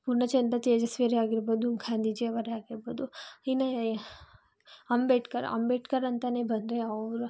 ಪೂರ್ಣಚಂದ್ರ ತೇಜಸ್ವಿಯವರೇ ಆಗಿರ್ಬೌದು ಗಾಂಧೀಜಿಯವರೇ ಆಗಿರ್ಬೌದು ಇನ್ನು ಅಂಬೇಡ್ಕರ್ ಅಂಬೇಡ್ಕರ್ ಅಂತಲೇ ಬಂದರೆ ಅವರ